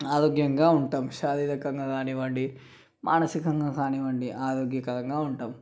ఆరోగ్యంగా ఉంటాము శారీరకంగా కానివ్వండి మానసికంగా కానివ్వండి ఆరోగ్యకరంగా ఉంటాము